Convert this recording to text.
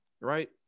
right